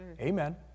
Amen